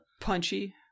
Punchy